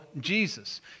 Jesus